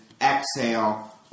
exhale